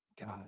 god